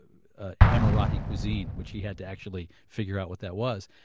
emirati cuisine, which he had to actually figure out what that was.